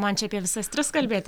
man čia apie visas tris kalbėti